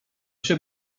się